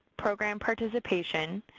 program participation,